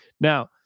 Now